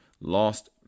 lost